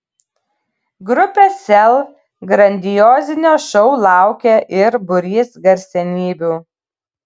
grupės sel grandiozinio šou laukia ir būrys garsenybių